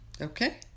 Okay